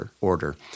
order